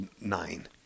nine